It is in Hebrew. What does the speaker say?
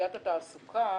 סוגיית התעסוקה